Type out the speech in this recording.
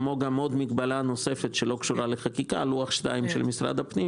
כמו מגבלה נוספת שלא קשורה לחקיקה לוח 2 של משרד הפנים